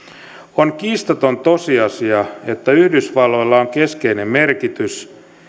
on kiistaton tosiasia että yhdysvalloilla on keskeinen merkitys